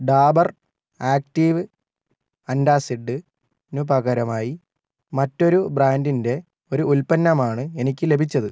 Dabur active ആൻറ്റാസിഡിനു പകരമായി മറ്റൊരു ബ്രാൻഡിന്റെ ഒരു ഉൽപ്പന്നമാണ് എനിക്ക് ലഭിച്ചത്